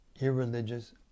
irreligious